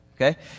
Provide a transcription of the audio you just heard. Okay